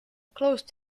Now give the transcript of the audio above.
close